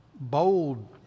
bold